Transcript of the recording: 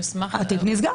המסמך --- התיק נסגר.